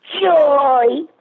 Joy